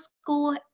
school